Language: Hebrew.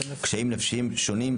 קשיים נפשיים שונים,